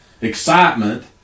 excitement